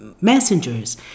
messengers